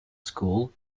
school